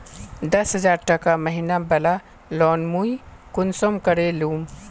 दस हजार टका महीना बला लोन मुई कुंसम करे लूम?